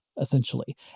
essentially